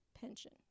pension